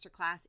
masterclass